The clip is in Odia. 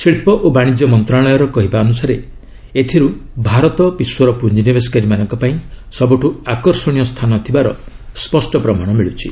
ଶିଳ୍ପ ଓ ବାଶିଜ୍ୟ ମନ୍ତ୍ରଣାଳୟର କହିବା ଅନୁସାରେ ଏଥିରୁ ଭାରତ ବିଶ୍ୱର ପୁଞ୍ଜିନିବେଶକାରୀମାନଙ୍କ ପାଇଁ ସବୁଠୁ ଆକର୍ଷଣୀୟ ସ୍ଥାନ ଥିବାର ସ୍ୱଷ୍ଟ ପ୍ରମାଣ ମିଳୁଛି